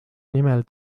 nimel